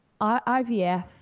IVF